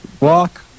walk